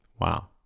Wow